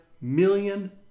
million